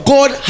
God